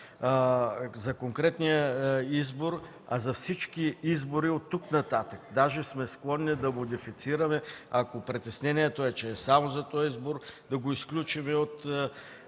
за конкретния избор, а за всички избори от тук нататък. Даже сме склонни да модифицираме, ако притеснението е, че е само за този избор – да го изключим от